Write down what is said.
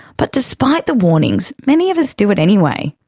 but despite the warnings, many of us do it anyway.